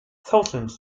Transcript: thousands